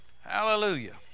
Hallelujah